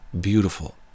beautiful